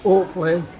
hopefully,